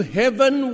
heaven